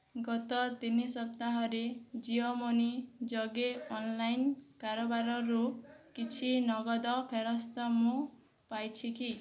ଗତ ତିନି ସପ୍ତାହରେ ଜିଓ ମନି ଯୋଗେ ଅନ୍ଲାଇନ୍ କାରବାରରୁ କିଛି ନଗଦ ଫେରସ୍ତ ମୁଁ ପାଇଛି କି